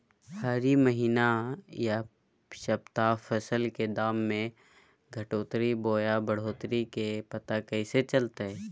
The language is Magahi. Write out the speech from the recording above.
हरी महीना यह सप्ताह फसल के दाम में घटोतरी बोया बढ़ोतरी के पता कैसे चलतय?